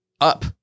up